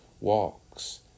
walks